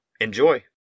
Enjoy